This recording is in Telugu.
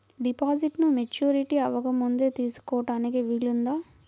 డిపాజిట్ను మెచ్యూరిటీ అవ్వకముందే తీసుకోటానికి వీలుందా?